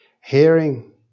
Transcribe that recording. hearing